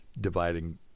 dividing